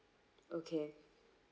okay